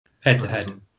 Head-to-head